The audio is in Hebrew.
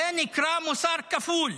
זה נקרא מוסר כפול.